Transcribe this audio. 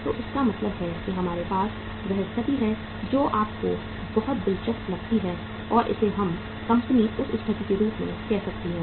तो इसका मतलब है कि हमारे पास वह स्थिति है जो आपको बहुत दिलचस्प लगती है और इसे हर कंपनी उस स्थिति के रूप में कह सकती है